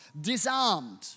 disarmed